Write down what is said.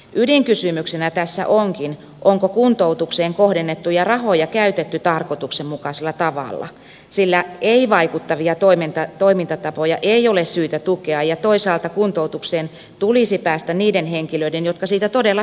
ydinkysymyksenä tässä onkin onko kuntoutukseen kohdennettuja rahoja käytetty tarkoituksenmukaisella tavalla sillä ei vaikuttavia toimintatapoja ei ole syytä tukea ja toisaalta kuntoutukseen tulisi päästä niiden henkilöiden jotka siitä todella hyötyvät